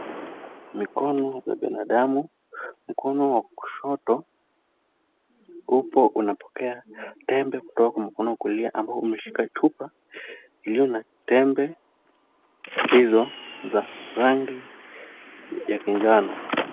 Mikono ya binadamu. Mkono wa kushoto upo unapokea tembe kutoka kwa mkono wa kulia ambao umeshika chupa iliyo na tembe hizo za rangi ya vinjano.